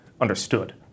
understood